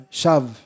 shav